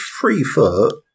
three-foot